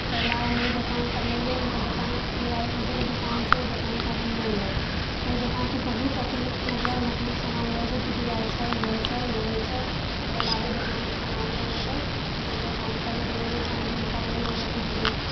ताहि लए आब हम ओहि दोकानसँ नहि लेब हुनकर दोकान मुरारी साहू जीके दोकान छै ओहि दोकानसँ आब हम नहि लेब ओहि दोकानपर बहुत अथी मतलब नकली सामान रहै छै टूटि जाइ छै ई होइ छै ओ होइ छै एहि लए आब ओहि दोकानसँ सामान नहि लेबै ओहि दोकानपर मतलब एगो से हम झुमका लेलहुँ ओहो टूटि गेल